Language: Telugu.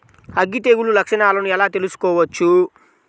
అగ్గి తెగులు లక్షణాలను ఎలా తెలుసుకోవచ్చు?